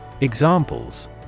Examples